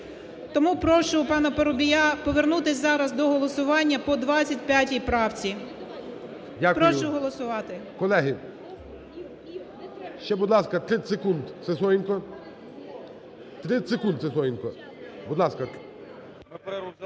Тому прошу пана Парубія повернутися зараз до голосування по 25 правці. Прошу голосувати. ГОЛОВУЮЧИЙ. Дякую. Колеги, ще, будь ласка, 30 секунд, Сисоєнко. 30 секунд, Сисоєнко, будь ласка.